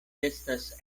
estas